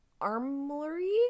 armory